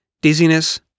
Dizziness